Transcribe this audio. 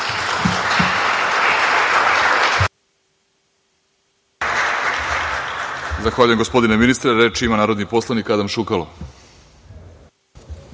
Zahvaljujem, gospodine ministre. Reč ima narodni poslanik Adam Šukalo.